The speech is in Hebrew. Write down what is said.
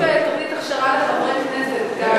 אפשר להוציא תוכנית הכשרה לחברי הכנסת.